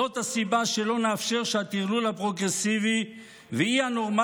זאת הסיבה שלא נאפשר שהטרלול הפרוגרסיבי והאי-נורמליות